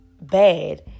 bad